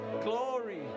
glory